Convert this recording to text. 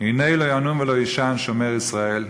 הנה לא ינום ולא יישן שמר ישראל.